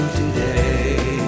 today